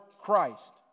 Christ